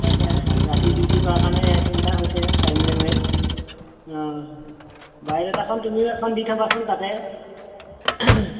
তাকে ৰাতি ডিউটি কৰাৰ কাৰণে চিন্তা হৈছে পাৰিম নে নোৱাৰিম অঁ বায়'ডাটাখন তুমিও এখন দি থ'বাচোন তাতে